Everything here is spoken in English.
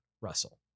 Russell